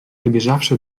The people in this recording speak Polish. dobieżawszy